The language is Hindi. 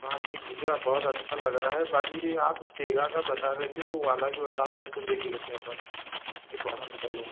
हाँ नहीं भैया अब बहुत अच्छा लग रहा है बाकी आप सेगा का बता रहे थे वो अलग बताओ उसको देख लेते है अपन फिर पसंद करलूँ